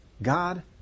God